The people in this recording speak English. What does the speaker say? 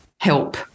help